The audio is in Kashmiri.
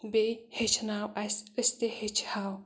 بیٚیہِ ہیٚچھناو اَسہِ أسۍ تہِ ہیٚچھٕ ہاو